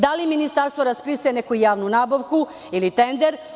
Da li ministarstvo raspisuje neku javnu nabavku ili tender?